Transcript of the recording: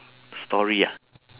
story ah